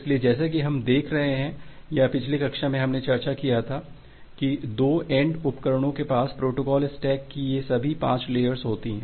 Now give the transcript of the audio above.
इसलिए जैसा कि हम देख रहे हैं या पिछले कक्षा में हमने चर्चा किया था की दो एन्ड उपकरणों के पास प्रोटोकॉल स्टैक की ये सभी 5 लेयर्स होती हैं